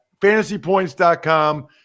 Fantasypoints.com